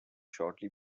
shortly